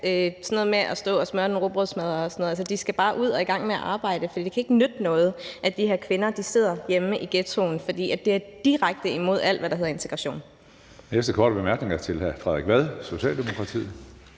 sådan noget med at stå og smøre en rugbrødsmad – synes jeg også, at de bare skal ud og i gang med at arbejde, for det ikke kan nytte noget, at de her kvinder sidder hjemme i ghettoen. Det går direkte imod alt, hvad der hedder integration.